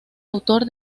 autor